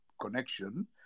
connection